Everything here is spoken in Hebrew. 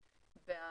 - וכמובן עודדה,